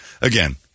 Again